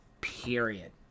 period